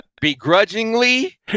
begrudgingly